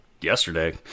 yesterday